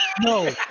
No